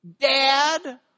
Dad